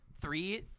three